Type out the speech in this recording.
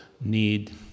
need